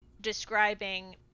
describing